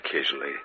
occasionally